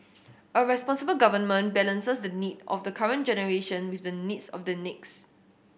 a responsible government balances the need of the current generation with the needs of the next